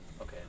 Okay